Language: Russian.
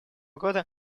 года